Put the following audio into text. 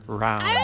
round